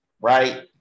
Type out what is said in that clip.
right